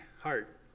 heart